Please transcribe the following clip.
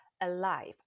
alive